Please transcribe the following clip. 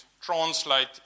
translate